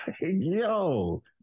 yo